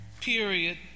period